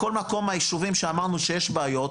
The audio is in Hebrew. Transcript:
בכל מקום מהיישובים שאמרנו שיש בעיות,